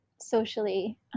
socially